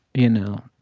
you know,